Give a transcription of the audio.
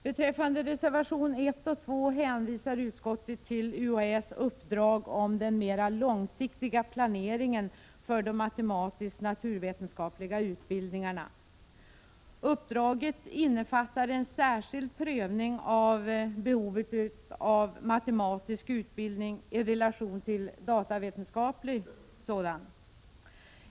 Beträffande reservationerna 1 och 2 hänvisar utskottet till UHÄ:s uppdrag om den mera långsiktiga planeringen för de matematiskt-naturvetenskapliga utbildningarna. Uppdraget innefattar en särskild prövning av behovet av matematisk utbildning i relation till datavetenskaplig sådan.